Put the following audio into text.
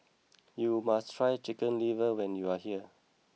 you must try Chicken Liver when you are here